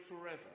forever